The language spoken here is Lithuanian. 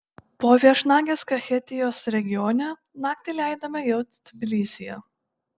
po viešnagės kachetijos regione naktį leidome jau tbilisyje